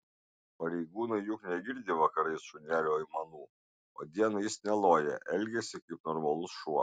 pareigūnai juk negirdi vakarais šunelio aimanų o dieną jis neloja elgiasi kaip normalus šuo